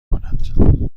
کند